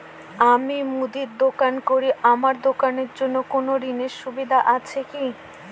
আমি মুদির দোকান করি আমার দোকানের জন্য কোন ঋণের সুযোগ আছে কি?